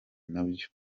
nabyo